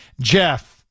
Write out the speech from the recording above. Jeff